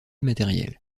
matérielle